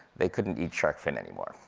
they couldn't eat shark fin anymore.